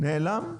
נעלם?